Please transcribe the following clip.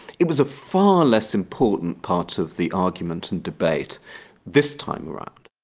it was a far less important part of the argument and debate this time around.